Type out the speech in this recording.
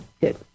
good